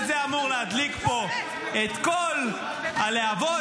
וזה אמור להדליק פה את כל הלהבות,